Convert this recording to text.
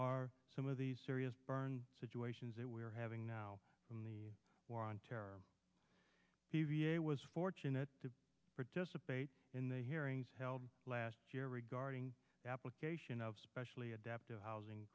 are some of these serious burn situations that we are having now in the war on terror the v a was fortunate to participate in the hearings held last year regarding application of specially adapted housing